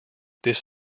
this